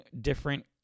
different